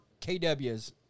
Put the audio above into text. KWs